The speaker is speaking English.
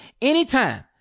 anytime